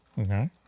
Okay